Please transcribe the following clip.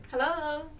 Hello